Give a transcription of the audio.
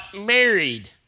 married